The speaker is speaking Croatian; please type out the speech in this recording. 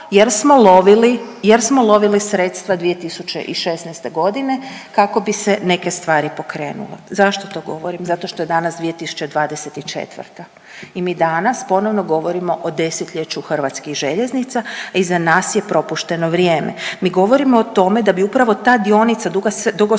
jer smo lovili sredstva 2016. godine kako bi se neke stvari pokrenule. Zašto to govorim? Zato što je danas 2024. i mi danas ponovno govorimo o desetljeću Hrvatskih željeznica, a iza nas je propušteno vrijeme. Mi govorimo o tome da bi upravo ta dionica Dugo Selo